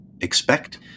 expect